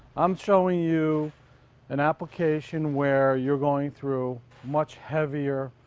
i'm showing you an application where you're going through much heavier